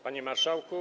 Panie Marszałku!